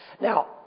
Now